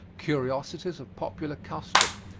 curiosities of popular custom,